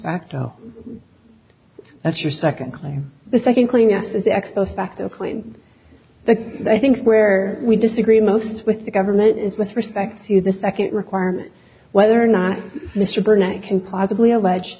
facto that's your second claim the second cleanups is ex post facto clean the i think where we disagree most with the government is with respect to the second requirement whether or not mr burnett can possibly allege